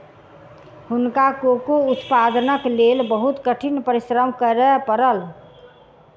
हुनका कोको उत्पादनक लेल बहुत कठिन परिश्रम करय पड़ल